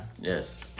Yes